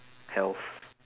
health